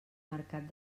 mercat